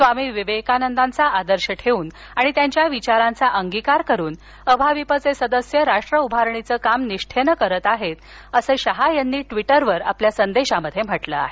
स्वामी विवेकानंदांचा आदर्श ठेवून आणि त्यांच्या विचारांचा अंगीकार करून अभाविपचे सदस्य राष्ट्र उभारणीचे काम निष्ठेनं करीत आहेत असं शहा यांनी ट्वीटरवर आपल्या संदेशात म्हटलं आहे